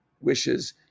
wishes